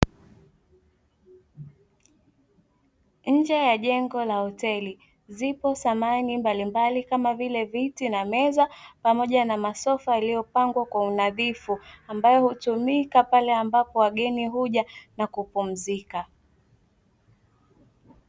Nje ya jengo la hoteli zipo thamani mbalimbali kama vile viti na meza pamoja na masofa yaliyopangwa kwa unadhifu, ambayo hutumika pale ambapo wageni huja na kupumzika.